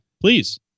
Please